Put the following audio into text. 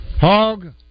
Hog